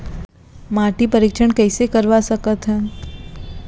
माटी परीक्षण कइसे करवा सकत हन?